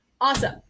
Awesome